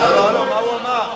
מה הוא אמר?